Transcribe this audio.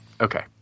Okay